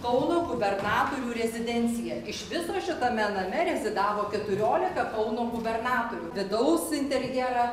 kauno gubernatorių rezidencija iš viso šitame name rezidavo keturiolika kauno gubernatorių vidaus interjerą